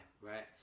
right